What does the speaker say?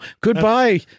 goodbye